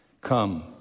Come